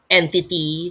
entity